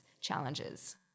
challenges